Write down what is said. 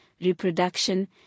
reproduction